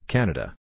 Canada